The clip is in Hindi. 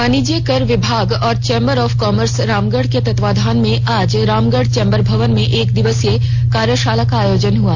वाणिज्य कर विभाग और चेंबर ऑफ कॉमर्स रामगढ़ के तत्वावधान में आज रामगढ़ चेंबर भवन में एक दिवसीय कार्यशाला का आयोजन हुआ